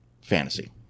Fantasy